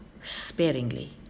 sparingly